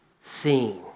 seen